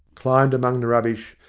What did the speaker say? climbed among the rubbish,